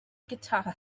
guitar